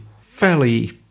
fairly